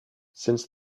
since